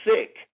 sick